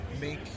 make